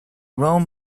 rome